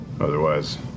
Otherwise